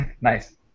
Nice